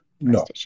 No